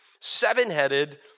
seven-headed